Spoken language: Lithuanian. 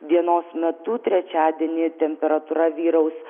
dienos metu trečiadienį temperatūra vyraus